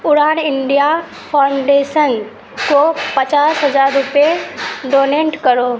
اڑان India foundation کو پچاس ہزار روپے ڈونینٹ کرو